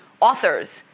authors